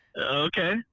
Okay